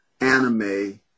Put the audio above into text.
anime